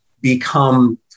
become